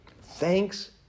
Thanks